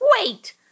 Wait